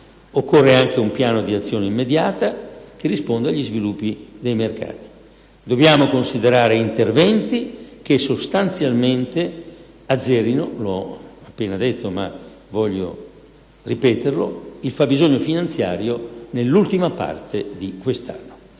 Occorre anche un piano di azione immediata che risponda agli sviluppi dei mercati. Dobbiamo considerare interventi che sostanzialmente azzerino - l'ho appena detto, ma voglio ripeterlo - il fabbisogno finanziario nell'ultima parte di quest'anno.